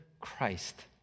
Christ